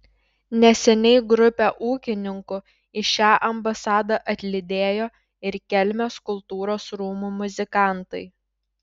neseniai grupę ūkininkų į šią ambasadą atlydėjo ir kelmės kultūros rūmų muzikantai